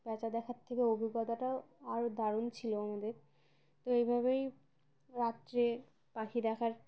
পেঁচা দেখার থেকে অভিজ্ঞতাটাও আরও দারুণ ছিল আমাদের তো এইভাবেই রাত্রে পাখি দেখার